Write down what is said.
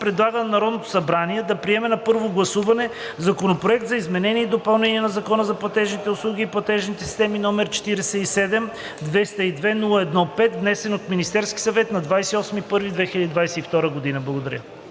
предлага на Народното събрание да приеме на първо гласуване Законопроект за изменение и допълнение на Закона за платежните услуги и платежните системи, № 47-202-01-5, внесен от Министерския съвет на 28 януари 2022 г.“ Благодаря.